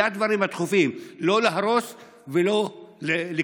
אלה הדברים הדחופים, לא להרוס ולא לקנוס.